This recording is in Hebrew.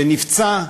שנפצע,